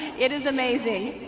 it is amazing.